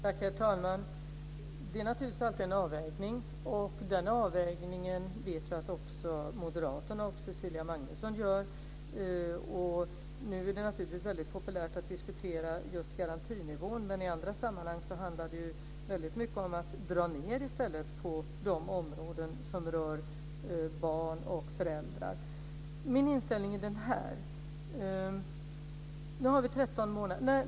Herr talman! Det handlar naturligtvis alltid om en avvägning. Vi vet att också Moderaterna och Cecilia Magnusson gör den avvägningen. Nu är det väldigt populärt att diskutera garantinivån, men i andra sammanhang handlar det i stället väldigt mycket om att dra ned på de områden som rör barn och föräldrar. Min inställning är denna.